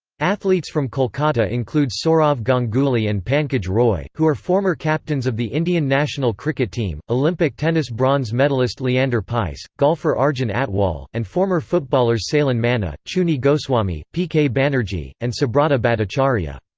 athletes from kolkata include sourav ganguly and pankaj roy, who are former captains of the indian national cricket team olympic tennis bronze medallist leander paes, golfer arjun atwal, and former footballers sailen manna, chuni goswami, p. k. banerjee, and subrata bhattacharya